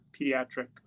pediatric